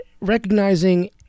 recognizing